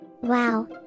Wow